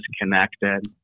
disconnected